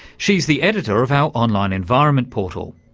she's the editor of our online environment portal.